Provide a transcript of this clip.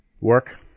Work